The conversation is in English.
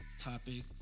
topic